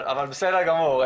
אבל בסדר גמור.